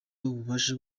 ububasha